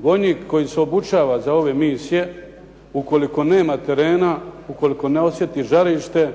Vojnik koji se obučava za ove misije ukoliko nema terena, ukoliko ne osjeti žarište